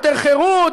יותר חירות?